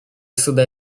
сюда